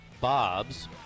Bob's